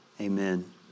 Amen